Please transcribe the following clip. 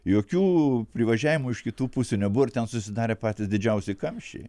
jokių privažiavimų iš kitų pusių nebuvo ir ten susidarė patys didžiausi kamščiai